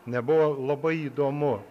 nebuvo labai įdomu